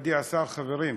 מכובדי השר, חברים,